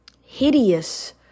hideous